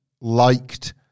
liked